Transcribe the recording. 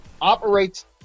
operates